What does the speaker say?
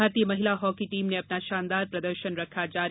भारतीय महिला hockey team ने अपना शानदार प्रदर्शन रखा जारी